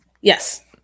Yes